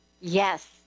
Yes